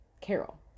Carol